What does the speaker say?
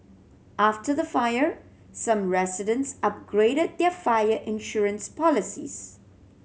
after the fire some residents upgraded their fire insurance policies